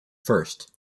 first